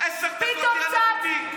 עשר דקות, היה עליו תיק.